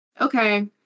Okay